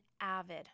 avid